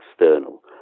external